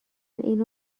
اینو